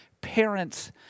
parents